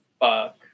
fuck